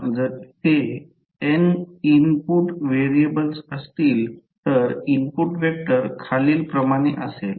जर तेथे n input variables असतील तर इनपुट वेक्टर खालील प्रमाणे असेल utu1 u2